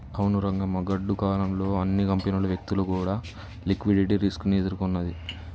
అవును రంగమ్మ గాడ్డు కాలం లో అన్ని కంపెనీలు వ్యక్తులు కూడా లిక్విడిటీ రిస్క్ ని ఎదుర్కొన్నది